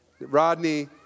Rodney